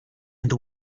and